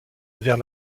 vers